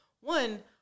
One